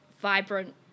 vibrant